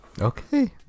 Okay